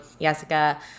Jessica